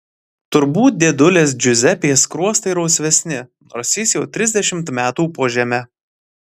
turbūt dėdulės džiuzepės skruostai rausvesni nors jis jau trisdešimt metų po žeme